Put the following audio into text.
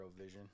eurovision